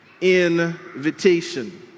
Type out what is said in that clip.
Invitation